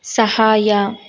ಸಹಾಯ